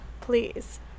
please